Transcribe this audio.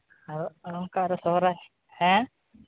ᱟᱨ ᱚᱱᱠᱟ ᱟᱨᱚ ᱥᱚᱨᱦᱟᱭ ᱦᱮᱸ